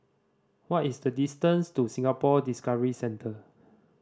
what is the distance to Singapore Discovery Centre